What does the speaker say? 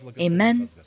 amen